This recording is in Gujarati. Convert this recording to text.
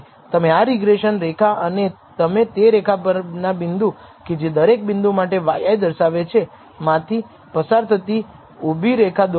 તમે આ રિગ્રેસન રેખા અને તમે તે રેખા પરના બિંદુ કે જે દરેક બિંદુ માટે yi દર્શાવે છે માંથી પસાર થતી ઊભી રેખા દોરશો